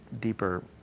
deeper